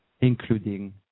including